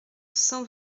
cent